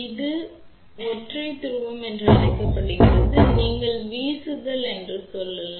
இது SP1T ஒற்றை துருவம் என்றும் அழைக்கப்படுகிறது நீங்கள் ஒரு வீசுதல் சரி என்று சொல்லலாம்